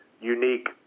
unique